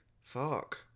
fuck